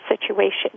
situation